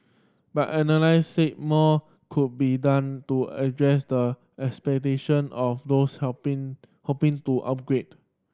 but analysts said more could be done to address the aspiration of those helping hoping to upgrade